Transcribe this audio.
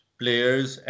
players